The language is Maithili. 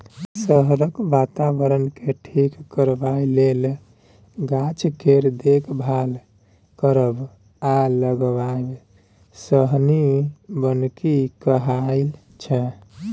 शहरक बाताबरणकेँ ठीक करबाक लेल गाछ केर देखभाल करब आ लगाएब शहरी बनिकी कहाइ छै